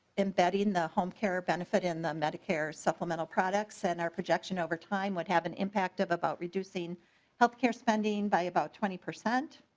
in the home care benefit in the medicare supplemental product. so and our projection overtime would have an impact of about reducing healthcare spending by about twenty percent.